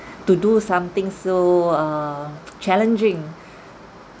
to do something so err challenging